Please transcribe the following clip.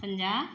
ਪੰਜਾਹ